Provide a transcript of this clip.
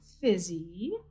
Fizzy